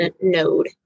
Node